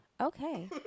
Okay